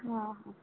ହଁ